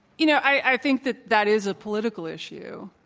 you know, i think that, that is a political issue.